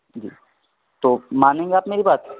جی تو مانیں گے آپ میری بات